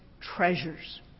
treasures